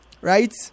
right